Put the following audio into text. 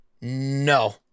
No